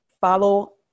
Follow